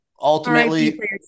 ultimately